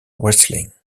wrestling